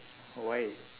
why